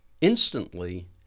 instantly